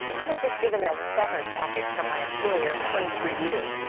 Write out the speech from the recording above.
i was just given a severance package from my employer of twenty three years,